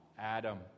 Adam